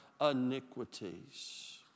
iniquities